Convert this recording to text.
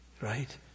right